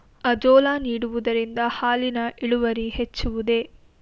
Azolla ನೀಡುವುದರಿಂದ ಹಾಲಿನ ಇಳುವರಿ ಹೆಚ್ಚುವುದೇ?